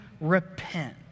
repent